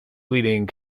leading